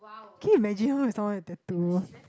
can you imagine her with someone with tattoo